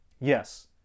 Yes